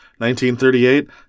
1938